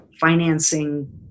financing